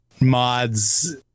mods